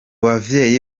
bavyeyi